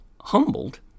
humbled